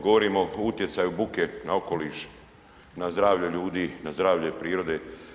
Govorimo o utjecaju buke na okoliš, na zdravlje ljudi, na zdravlje prirode.